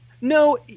No